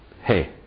hey